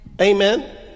Amen